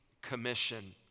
Commission